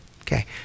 okay